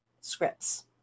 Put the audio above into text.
scripts